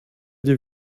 die